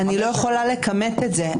אני לא יכולה לכמת את זה.